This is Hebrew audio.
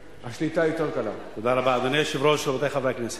אדוני היושב-ראש, רבותי חברי הכנסת,